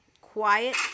quiet